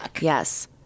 Yes